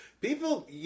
People